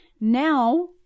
Now